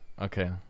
okay